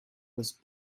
was